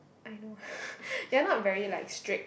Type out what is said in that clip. I know they are not very like strict